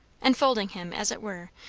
enfolding him, as it were,